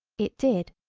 it did.